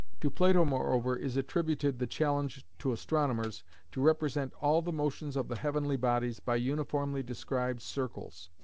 to plato moreover is attributed the challenge to astronomers to represent all the motions of the heavenly bodies by uniformly described circles,